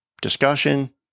discussion